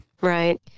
Right